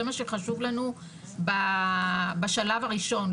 זה מה שחשוב לנו בשלב הראשון,